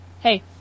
Hey